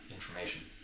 information